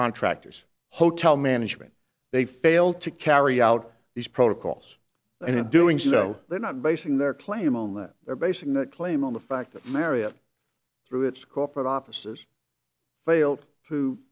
contractors hotel management they failed to carry out these protocols and in doing so they're not basing their claim on that they're basing that claim on the fact that marriott through its corporate offices failed